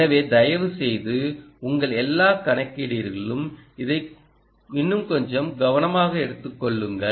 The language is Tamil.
எனவே தயவுசெய்து உங்கள் எல்லா கணக்கீடுகளிலும் இதை இன்னும் கொஞ்சம் கவனமாக எடுத்துக் கொள்ளுங்கள்